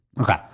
Okay